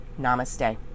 namaste